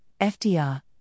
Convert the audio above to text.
FDR